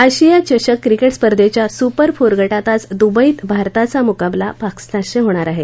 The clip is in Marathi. आशिया चषक क्रिकेट सप्धेच्या सुपर फोर गटात आज दुबईत भारताचा मुकाबला पाकिस्तानशी होणार आहे